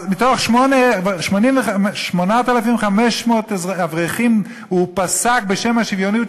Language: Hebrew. רק ביחס ל-8,500 אברכים הוא פסק בשם השוויוניות,